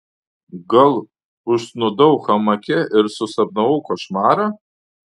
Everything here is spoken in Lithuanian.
gal užsnūdau hamake ir susapnavau košmarą